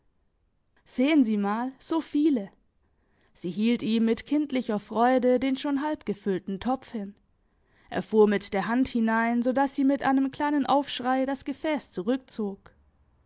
sehen sie mal so viele sie hielt ihm mit kindlicher freude den schon halbgefüllten topf hin er fuhr mit der hand hinein so dass sie mit einem kleinen aufschrei das gefäss zurückzog